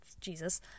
Jesus